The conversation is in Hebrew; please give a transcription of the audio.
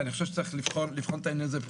ואני חושב לבחון את העניין הזה.